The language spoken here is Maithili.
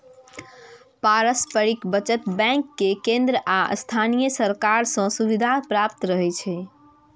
पारस्परिक बचत बैंक कें केंद्र आ स्थानीय सरकार सं सुविधा प्राप्त रहै छै